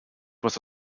was